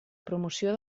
promoció